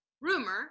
rumor